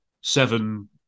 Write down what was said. seven